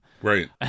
Right